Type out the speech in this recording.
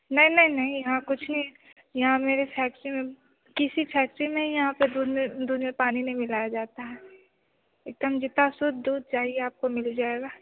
नहीं नहीं नहीं यहाँ कुछ नहीं यहाँ मेरे फैक्ट्री में किसी फैक्ट्री में यहाँ पर दूध में दूध में पानी नहीं मिलाया जाता एकदम जितना शुद्ध दूध चाहिए आपको मिल जाएगा